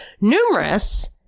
numerous